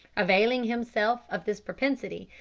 availing himself of this propensity,